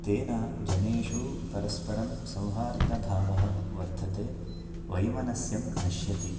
तेन जनेषु परस्परं सौहार्दभावः वर्धते वैमनस्यं नश्यति